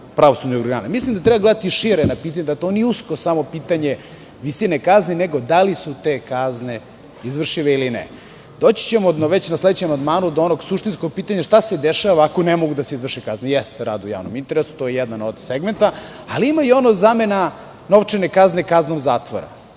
pravosudnih organa. Mislim da treba gledati šire na pitanje, da to nije usko samo pitanje visine kazni, nego da li su te kazne izvršive ili ne. Doći ćemo već na sledećem amandmanu do onog suštinskog pitanja, šta se dešava ako ne mogu da se izvrše kazne? Jeste, tu je rad u javnom interesu, to je jedan od segmenata, ali ima i ono - zamena novčane kazne kaznom zatvora.